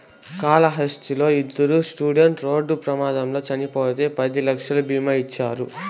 కాళహస్తిలా ఇద్దరు స్టూడెంట్లు రోడ్డు ప్రమాదంలో చచ్చిపోతే పది లక్షలు బీమా ఇచ్చినారు